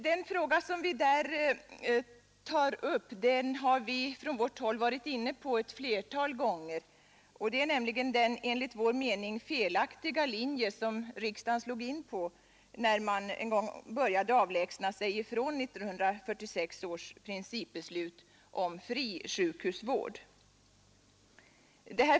Den fråga som vi där tar upp har vi från vårt håll varit inne på ett flertal gånger; det är den enligt vår mening felaktiga linje som riksdagen slog in på när man började avlägsna sig från 1946 års principbeslut om fri sjukhusvård.